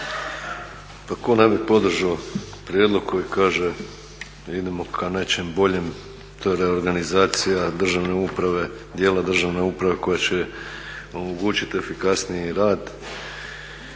Pa tko ne bi podržao prijedlog koji kaže da idemo ka nečem bolje, to je reorganizacija državne uprave, dijela državne uprave koja će omogućit efikasniji rad.